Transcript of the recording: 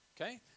Okay